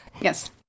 Yes